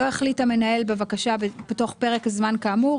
לא החליט המנהל בבקשה בתוך פרק הזמן כאמור,